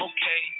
Okay